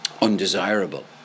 undesirable